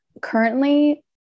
currently